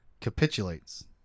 capitulates